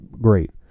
great